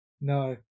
No